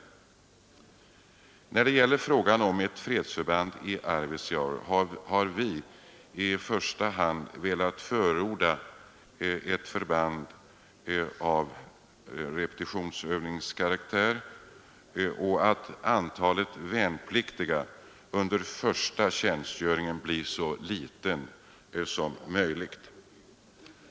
I frågan om ett fredsförband i Arvidsjaur har vi i första hand velat förorda ett förband av repetitionsövningskaraktär och att antalet värnpliktiga under första tjänstgöring blir så litet som möjligt.